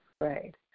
Right